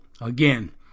again